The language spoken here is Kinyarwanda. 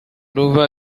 ruva